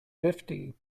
fifty